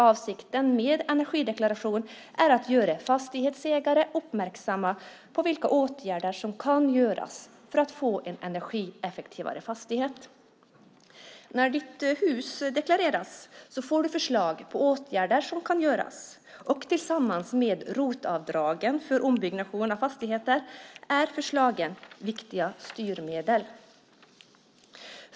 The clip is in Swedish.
Avsikten med energideklarationen är att göra fastighetsägare uppmärksamma på vilka åtgärder som kan vidtas för att få en energieffektivare fastighet. När ditt hus deklareras får du förslag på åtgärder som kan vidtas. Tillsammans med ROT-avdraget för ombyggnation av fastigheter är förslagen viktiga styrmedel.